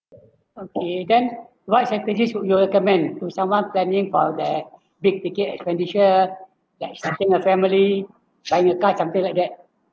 okay then what strategies would you recommend to someone planning for that big ticket expenditure like starting a family like you got something like that